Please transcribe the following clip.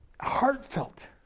heartfelt